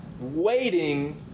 waiting